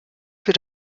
für